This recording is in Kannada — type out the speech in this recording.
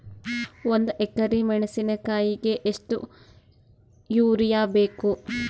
ಒಂದ್ ಎಕರಿ ಮೆಣಸಿಕಾಯಿಗಿ ಎಷ್ಟ ಯೂರಿಯಬೇಕು?